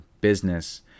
business